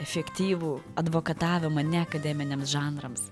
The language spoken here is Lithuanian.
efektyvų advokatavimą ne akademiniams žanrams